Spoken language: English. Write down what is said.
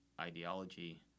ideology